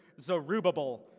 Zerubbabel